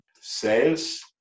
sales